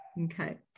Okay